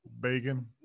Bacon